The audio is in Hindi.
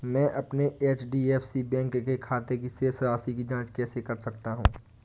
मैं अपने एच.डी.एफ.सी बैंक के खाते की शेष राशि की जाँच कैसे कर सकता हूँ?